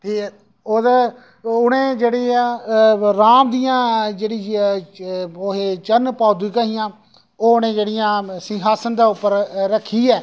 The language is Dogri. ते उ'नें जेह्ड़ी ऐ राम दियां जेह्ड़ी ओह् ही चरण पादुका हियां ओह् उ'नेंगी सिंहासन दे उप्पर रक्खियै